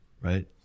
right